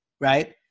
right